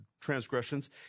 transgressions